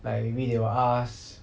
like maybe they will ask